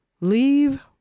Leave